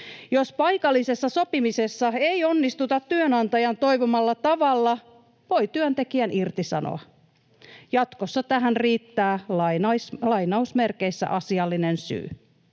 Jos paikallisessa sopimisessa ei onnistuta työnantajan toivomalla tavalla, voi työntekijän irtisanoa. Jatkossa tähän riittää ”asiallinen syy”.